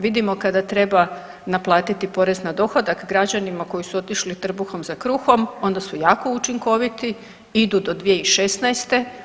Vidimo kada treba naplatiti porez na dohodak građanima koji su otišli trbuhom za kruhom onda su jako učinkoviti, idu do 2016.